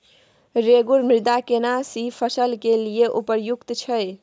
रेगुर मृदा केना सी फसल के लिये उपयुक्त छै?